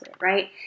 Right